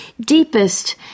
deepest